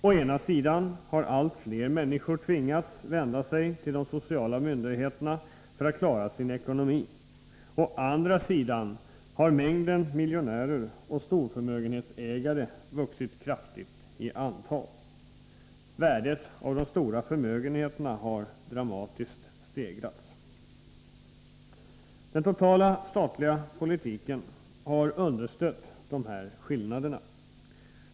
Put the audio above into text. Å ena sidan har allt fler människor tvingats vända sig till de sociala myndigheterna för att klara sin ekonomi. Å andra sidan har mängden miljonärer och storförmögenhetsägare vuxit kraftigt i antal. Värdet av de stora förmögenheterna har dramatiskt stegrats. Den totala statliga politiken har understött dessa skillnader.